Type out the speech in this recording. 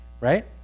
right